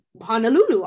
Honolulu